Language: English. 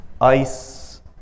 Ice